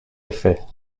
effet